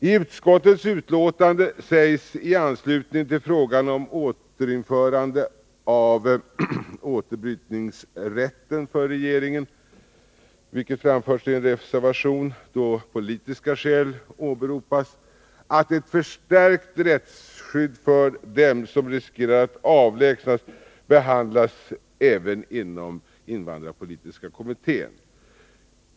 I utskottets betänkande sägs i anslutning till frågan om återinförande av återbrytningsrätten för regeringen då politiska skäl åberopas, att ett förstärkt rättsskydd för dem som riskerar att avlägsnas behandlas även inom IPOK.